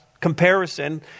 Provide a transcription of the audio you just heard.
comparison